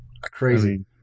Crazy